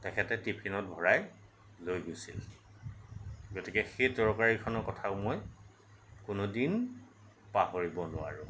তেখেতে টিফিনত ভৰাই লৈ গৈছিল গতিকে সেই তৰকাৰীখনৰ কথাও মই কোনো দিন পাহৰিব নোৱাৰোঁ